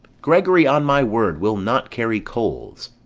gregory, on my word, we'll not carry coals.